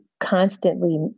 constantly